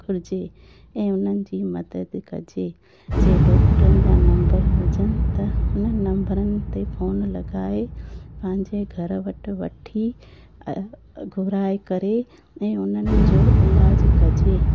घुरिजे ऐं उन्हनि जी मदद कजे जे डॉक्टरनि जा नम्बर हुजनि त हुन नम्बरनि ते फ़ोन लॻाए पंहिंजे घर वटि वठी घुराए करे ऐं उन्हनि जो इलाजु कजे